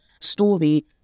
story